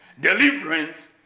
deliverance